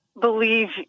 believe